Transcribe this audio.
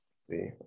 see